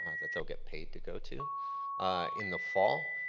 that they will get paid to go to in the fall.